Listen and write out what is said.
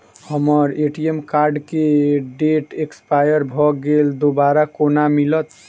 हम्मर ATM card केँ date expire भऽ गेल दोबारा कोना मिलत?